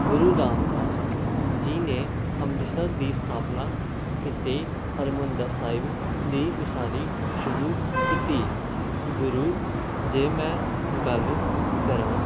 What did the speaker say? ਗੁਰੂ ਰਾਮਦਾਸ ਜੀ ਨੇ ਅੰਮ੍ਰਿਤਸਰ ਦੀ ਸਥਾਪਨਾ ਕੀਤੀ ਹਰਿਮੰਦਰ ਸਾਹਿਬ ਦੀ ਉਸਾਰੀ ਸ਼ੁਰੂ ਕੀਤੀ ਗੁਰੂ ਜੇ ਮੈਂ ਗੱਲ ਕਰਾਂ